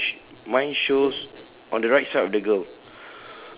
uh mine sh~ mine shows on the right side of the girl